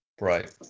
Right